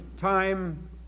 time